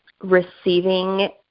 receiving